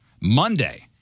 Monday